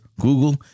Google